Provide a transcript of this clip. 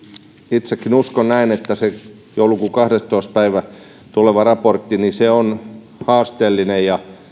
itsekin uskon että se joulukuun kahdestoista päivä tuleva raportti on haasteellinen ja